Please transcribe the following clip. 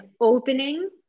opening